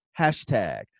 hashtag